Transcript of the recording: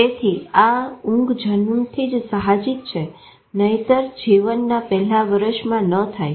તેથી આ ઊંઘ જન્મથી જ સાહજિક છે નહિતર ને જીવનના પહેલા વર્ષમાં ન થાય